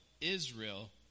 Israel